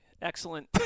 Excellent